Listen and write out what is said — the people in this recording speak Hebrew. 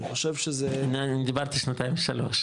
אני חושב שזה --- אני דיברתי שנתיים-שלוש,